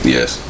Yes